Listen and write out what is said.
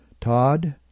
Todd